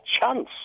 chance